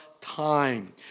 time